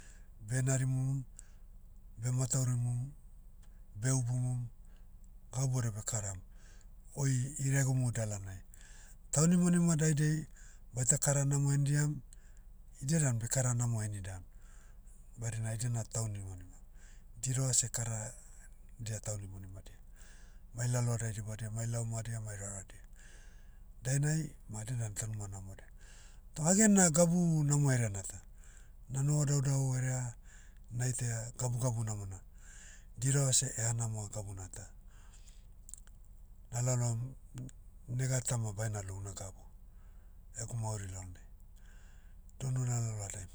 Benarimum, bematauraimum, beubumum, gau bouda bekaram. Oi iregumu dalanai. Taunimanima daidai. baita kara namo hendiam, idia dan bekara namo henidam, badina idia na taunimanima. Diravase kara, dia taunimanimadia. Mai lalohadai dibadia mai laumadia mai raradia. Dainai, ma dia dan taunima namode. Toh hagen na gabu namo hereana ta. Na noho daudau herea, na itaia gabugabu namona. Diravase ehanamoa gabuna ta. Na laloam, nega ta ma baina lou una gabu, egu mauri lalonai, dounu na lalohadaim.